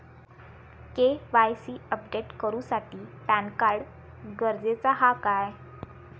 KYC update करूसाठी PAN card गरजेचा हा काय?